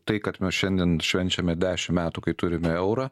tai kad mes šiandien švenčiame dešimt metų kai turime eurą